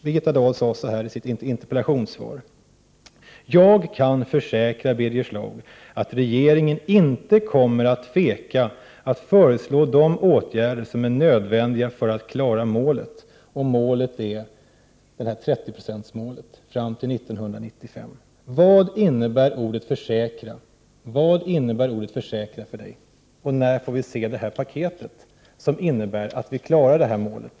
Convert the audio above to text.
Birgitta Dahl sade i sitt interpellationssvar: ”Jag kan försäkra Birger Schlaug att regeringen inte kommer att tveka att föreslå de åtgärder som är nödvändiga för att klara målet”, och målet är 30-procentsmålet fram till 1995. Vad innebär ordet försäkra för Birgitta Dahl? När får vi se det paket som innebär att vi klarar det målet?